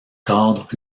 cadre